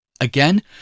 Again